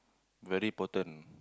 very important